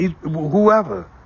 Whoever